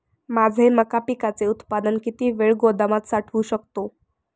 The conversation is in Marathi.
माझे मका पिकाचे उत्पादन किती वेळ गोदामात साठवू शकतो?